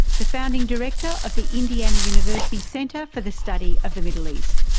the founding director of the indiana university center for the study of the middle east,